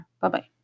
Bye-bye